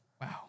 Wow